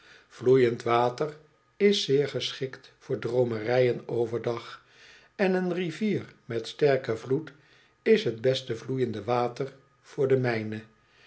vloeiend water is zeer geschikt voor droomerijen over dag en een rivier met sterken vlood is t beste vloeiende water voor de mijne